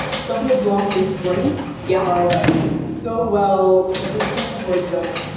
sauvignon blanc in spring yeah are like so well suited for each other.